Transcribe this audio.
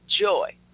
joy